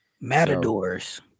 Matadors